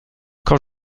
quand